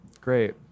Great